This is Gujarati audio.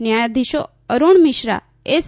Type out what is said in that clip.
ન્યાયધીશો અરૂણ મિશ્રા એસ